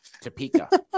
Topeka